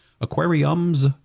aquariums